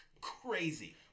crazy